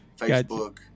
Facebook